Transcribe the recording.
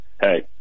hey